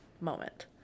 moment